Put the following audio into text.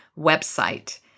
website